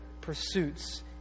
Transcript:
pursuits